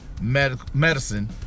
medicine